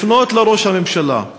לפנות לראש הממשלה,